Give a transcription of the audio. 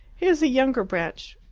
he is a younger branch.